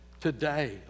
Today